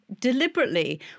deliberately